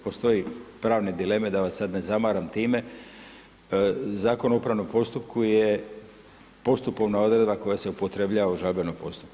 Postoje pravne dileme, da vas sada ne zamaram time, Zakon o upravom postupku je postupovna odredba koja se upotrebljava u žalbenom postupku.